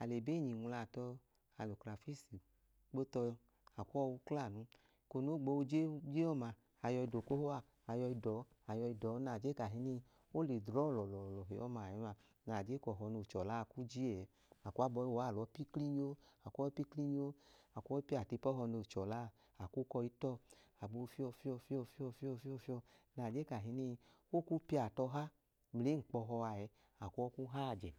A lẹ ẹbenyi nwla tọ. a lẹ uklafisi kpo tọ. a kwu ọwu i kla ọọeko no gboo je ọma, a yọi da okoho. A yọi da ọọ, a yọi da ọọ, nẹ a je ka o le drọọ lọọlọhi ẹẹ ma, na je ka ọhọ noo chọla a kwu je ẹẹ, a kwu abọ i wu ọọ, a lọọ pi klinyoo, a lọọ pi klinyoo. A kwu ọọ i piya tu ipu ọhọ noo chọla a. a kwu ukọ i ta ọọ, a gboo fiyẹ ọọ, fiyọọ, fiyọọ, nẹ a je ka o kwu piyatọha mla enkpọ ọhọ a ẹẹ, a kwu ọọ kwu hayi ajẹ